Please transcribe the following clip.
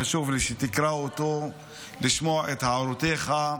חשוב לי שתקרא אותו, לשמוע את הערותיך.